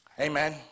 Amen